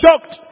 shocked